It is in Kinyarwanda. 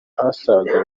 asaga